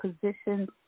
position